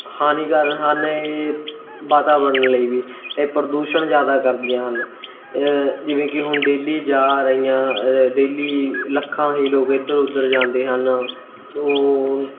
ਹਾਨੀਕਾਰਕ ਹਨ ਇਹ ਵਾਤਾਵਰਨ ਲਈ ਵੀ ਇਹ ਪ੍ਰਦੂਸ਼ਣ ਜ਼ਿਆਦਾ ਕਰਦੀਆਂ ਹਨ ਜਿਵੇਂ ਕਿ ਹੁਣ ਡੇਲੀ ਜਾ ਰਹੀਆਂ ਡੇਲੀ ਲੱਖਾਂ ਹੀ ਲੋਕ ਇੱਧਰ ਉੱਧਰ ਜਾਂਦੇ ਹਨ ਉਹ